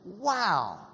Wow